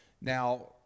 Now